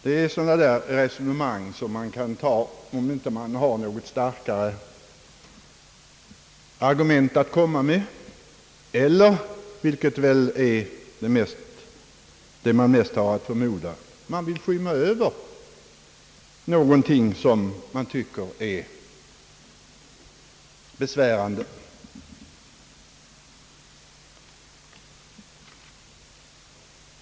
Nej, sådana resonemang kan man tillgripa om man inte har några starkare argument att komma med eller om man, vilket väl är det mest troliga, vill skymma över något som man tycker är besvärande.